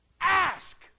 ask